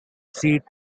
seat